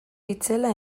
itzela